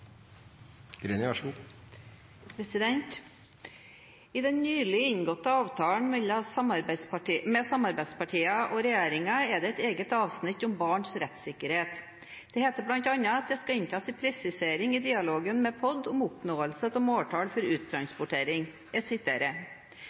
det et eget avsnitt om barns rettssikkerhet. Det heter bl.a. at det skal inntas en presisering i dialogen med POD om oppnåelse av måltall for uttransportering, og jeg siterer: